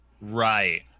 right